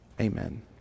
Amen